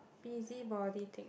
busybody thing